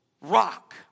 rock